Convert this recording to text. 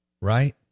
right